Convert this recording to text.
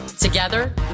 Together